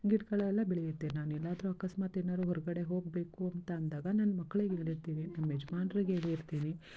ಗಿಡಗಳೆಲ್ಲ ಬೆಳೆಯುತ್ತೆ ನಾನೇನಾದರು ಅಕಸ್ಮಾತ್ ಏನಾದ್ರು ಹೊರಗಡೆ ಹೋಗಬೇಕು ಅಂತ ಅಂದಾಗ ನನ್ನ ಮಕ್ಕಳಿಗೆ ಹೇಳಿರ್ತೀನಿ ನಮ್ಮ ಯಜಮಾನ್ರಿಗೆ ಹೇಳಿರ್ತೀನಿ